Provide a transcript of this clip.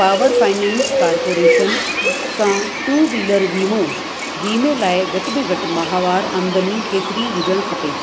power finance corporation सां two wheeler वीमो वीमे लाइ घटि में घटि माहवारु आमदनी केतिरी हुजणु खपे